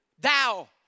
thou